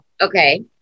okay